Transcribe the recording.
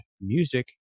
Music